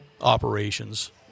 operations